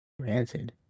granted